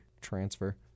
transfer